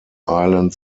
island